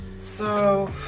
so,